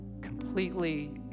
completely